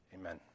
Amen